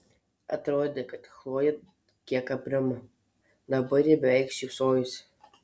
atrodė kad chlojė kiek aprimo dabar ji beveik šypsojosi